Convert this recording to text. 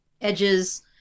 edges